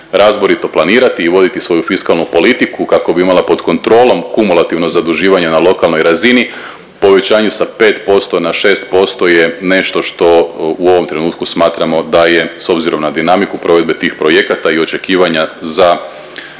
razborito planirati i voditi svoju fiskalnu politiku, kako bi imala pod kontrolom kumulativno zaduživanje na lokalnoj razini, povećanje sa 5% na 6% je nešto što u ovom trenutku smatramo da je s obzirom na dinamiku provedbe tih projekta i očekivanja za